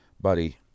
buddy